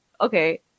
okay